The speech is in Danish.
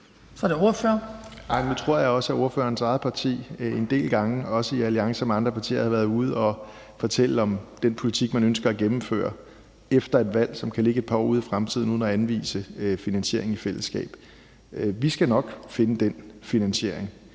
Pelle Dragsted (EL): Nu tror jeg også, at ordførerens eget parti en del gange, også i alliance med andre partier, har været ude at fortælle om den politik, man ønsker at gennemføre efter et valg, som kan ligge et par år ude i fremtiden, uden at anvise finansiering i fællesskab. Vi skal nok finde den finansiering